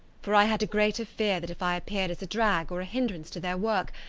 for i had a greater fear that if i appeared as a drag or a hindrance to their work,